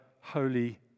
holy